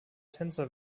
tänzer